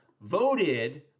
voted